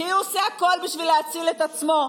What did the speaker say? כי הוא עושה הכול בשביל להציל את עצמו,